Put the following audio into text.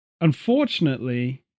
unfortunately